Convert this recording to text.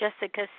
Jessica